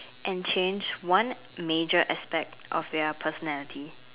and change one major aspect of their personality